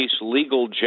legal